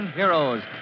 heroes